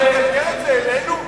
אתה מגלגל את זה אלינו?